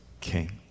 king